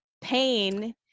pain